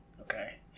Okay